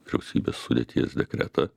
vyriausybės sudėties dekretą